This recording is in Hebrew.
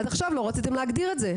עד עכשיו לא רציתם להגדיר את זה,